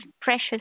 precious